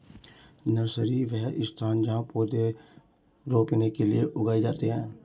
nursery, वह स्थान जहाँ पौधे रोपने के लिए उगाए जाते हैं